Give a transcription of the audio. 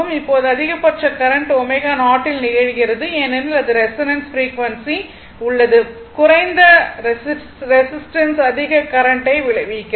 இப்போது அதிகபட்ச கரண்ட் ω0 இல் நிகழ்கிறது ஏனெனில் அது ரெசோனன்ஸ் ஃப்ரீக்வன்சி உள்ளது குறைந்த ரெசிஸ்டன்ஸ் அதிக கரண்ட்டை விளைவிக்கிறது